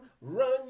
run